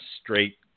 straight